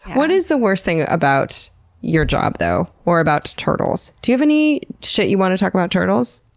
what is the worst thing about your job though, or about turtles? do you have any shit you wanna talk about turtles?